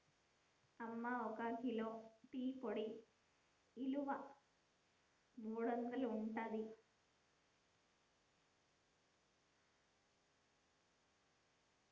అమ్మ ఒక kilo tea పొడి ఇలువ మూడొందలు ఉంటదట